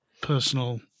personal